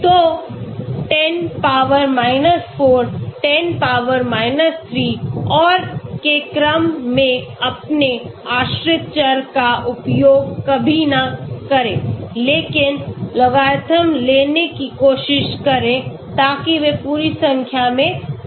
तो 10 power 4 10 power 3 और के क्रम में अपने आश्रित चर का उपयोग कभी न करें लेकिन logarithm लेने की कोशिश करें ताकि वे पूरी संख्या में रहें